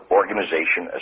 organization